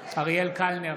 קלנר,